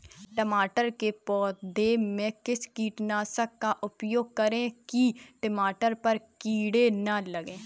टमाटर के पौधे में किस कीटनाशक का उपयोग करें कि टमाटर पर कीड़े न लगें?